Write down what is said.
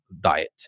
diet